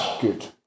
good